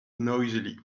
noisily